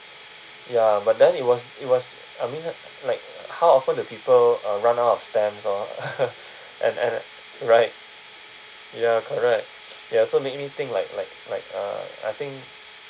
ya but then it was it was I mean like how often the people uh run out of stamps orh and and right ya correct ya so make me think like like like uh I think